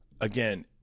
again